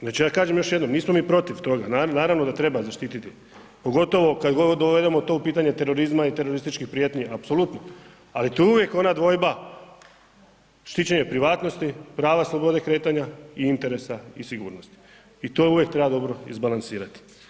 Znači ja kažem još jednom, nismo mi protiv toga, naravno da treba zaštiti, pogotovo kada god dovedemo u pitanje terorizma i teroristički prijetnji, apsolutno, ali tu je uvijek ona dvojba, štićenja privatnosti, prava slobode kretanja i interesa i sigurnosti i to uvijek treba dobro izbalansirati.